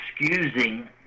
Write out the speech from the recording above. excusing